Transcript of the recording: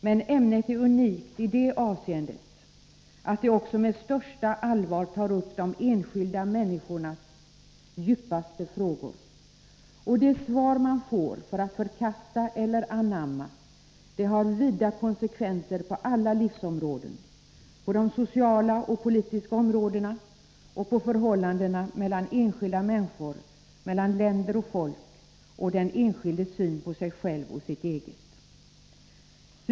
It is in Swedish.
Men ämnet är unikt i det avseendet att det också med största allvar tar upp de enskilda människornas djupaste frågor. Det svar man får, för att förkasta eller anamma, har vida konsekvenser på alla livsområden, på de sociala och politiska områdena, på förhållandena mellan enskilda människor, mellan länder och folk och på den enskildes syn på sig själv och sitt eget.